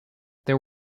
there